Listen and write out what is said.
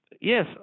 yes